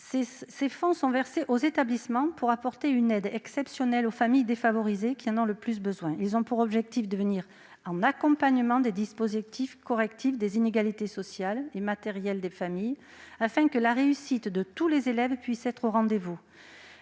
Ces fonds sont versés aux établissements pour apporter une aide exceptionnelle aux familles défavorisées qui en ont le plus besoin. Leur but est de compléter les dispositifs correctifs des inégalités sociales et matérielles des familles, afin que la réussite de tous les élèves puisse être au rendez-vous.